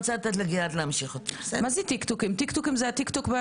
יש בדרום תל אביב גם נושא הטוקטוקים,